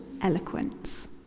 eloquence